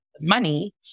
money